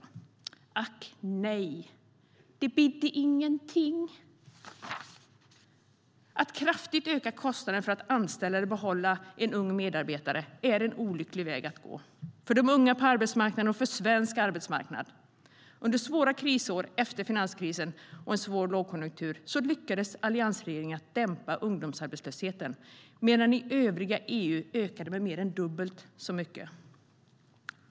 Ack nej, det bidde ingenting. Under svåra krisår efter finanskrisen och en svår lågkonjunktur lyckades alliansregeringen dämpa ungdomsarbetslösheten, medan den ökade mer än dubbelt så mycket i övriga EU.